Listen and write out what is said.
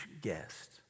guest